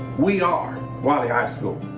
we are wylie high school.